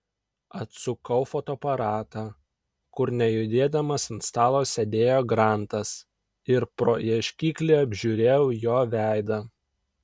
atsukau fotoaparatą kur nejudėdamas ant stalo sėdėjo grantas ir pro ieškiklį apžiūrėjau jo veidą